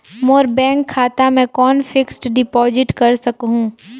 मोर bank खाता मे कौन फिक्स्ड डिपॉजिट कर सकहुं?